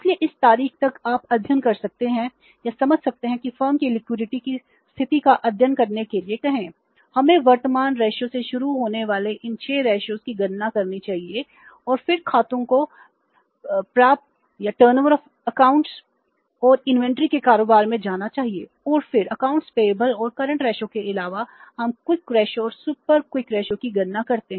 इसलिए इस तारीख तक आप अध्ययन कर सकते हैं या समझ सकते हैं कि फर्म की लिक्विडिटी की स्थिति का अध्ययन करने के लिए कहें